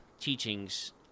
teachings